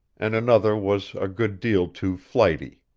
and another was a good deal too flighty.